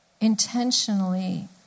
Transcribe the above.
intentionally